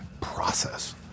process